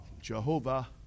Jehovah